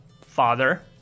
father